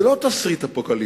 זה לא תסריט אפוקליפטי,